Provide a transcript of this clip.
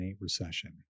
recession